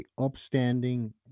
upstanding